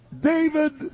David